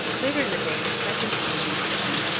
later in the day the second. canadian division,